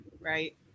Right